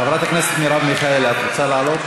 חברת הכנסת מרב מיכאלי, את רוצה לעלות?